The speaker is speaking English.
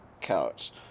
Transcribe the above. couch